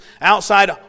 outside